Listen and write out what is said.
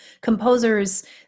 composers